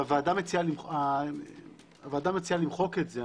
והוועדה מציעה למחוק את זה.